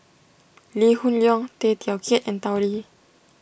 Lee Hoon Leong Tay Teow Kiat and Tao Li